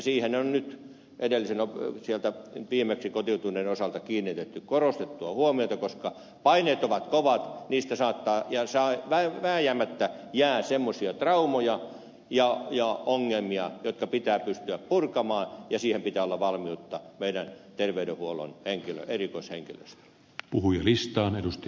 siihen on nyt sieltä viimeksi kotiutuneiden osalta kiinnitetty korostettua huomiota koska paineet ovat kovat ja sieltä vääjäämättä jää semmoisia traumoja ja ongelmia jotka pitää pystyä purkamaan ja siihen pitää olla valmiutta meidän terveydenhuoltomme erikoishenkilöstöllä